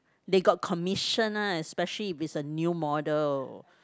they got commission one especially if it's a new model